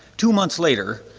two months later,